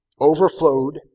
overflowed